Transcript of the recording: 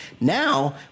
now